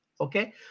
Okay